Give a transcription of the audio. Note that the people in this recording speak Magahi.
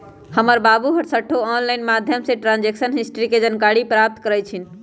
हमर बाबू हरसठ्ठो ऑनलाइन माध्यमें से ट्रांजैक्शन हिस्ट्री के जानकारी प्राप्त करइ छिन्ह